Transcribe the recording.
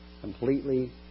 completely